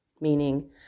meaning